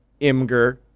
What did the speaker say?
Imger